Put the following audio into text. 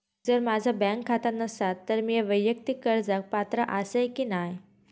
जर माझा बँक खाता नसात तर मीया वैयक्तिक कर्जाक पात्र आसय की नाय?